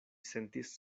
sentis